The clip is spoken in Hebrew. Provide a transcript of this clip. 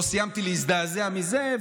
לא סיימתי להזדעזע מזה,